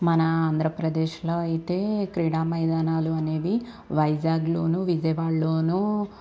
మన ఆంధ్రప్రదేశ్లో అయితే క్రీడా మైదానాలు అనేవి వైజాగ్లోను విజయవాడ లోనూ